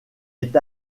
est